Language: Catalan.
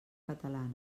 catalana